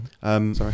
Sorry